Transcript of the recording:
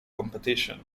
competition